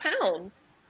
pounds